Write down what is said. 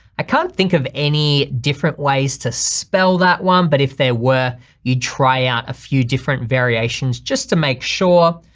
i can't think of any different ways to spell that one, but if there were you try out a few different variations just to make sure.